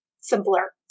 simpler